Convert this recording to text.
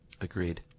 Agreed